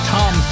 Tom